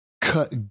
cut